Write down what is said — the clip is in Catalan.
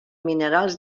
minerals